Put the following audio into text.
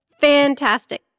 Fantastic